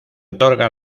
otorga